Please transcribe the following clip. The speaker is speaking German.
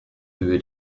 höhe